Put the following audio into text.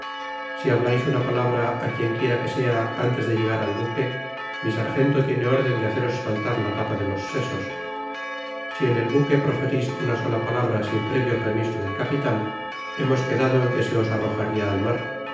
si hablais una palabra á quien quiera que sea antes de llegar al buque mi sargento tiene órden de haceros saltar la tapa de los sesos si en el buque proferis una sola palabra sin prévio permiso del capitan hemos quedado en que os arrojaria al mar